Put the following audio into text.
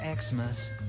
Xmas